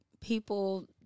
people